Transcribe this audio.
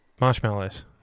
Marshmallows